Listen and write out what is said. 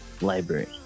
library